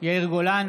יאיר גולן,